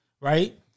Right